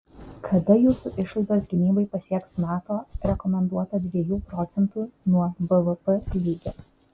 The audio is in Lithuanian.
kada jūsų išlaidos gynybai pasieks nato rekomenduotą dviejų procentų nuo bvp lygį